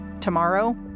tomorrow